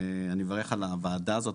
אני מברך על הוועדה הזו,